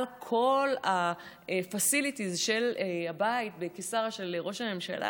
על כל ה-facilities של הבית בקיסריה של ראש הממשלה,